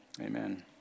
amen